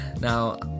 Now